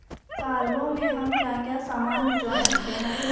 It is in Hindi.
कार्गो में हम क्या क्या सामान भिजवा सकते हैं?